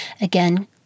Again